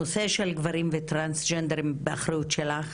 הנושא של גברים וטרנסג'נדרים באחריות שלך?